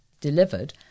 delivered